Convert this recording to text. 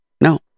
No